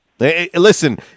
Listen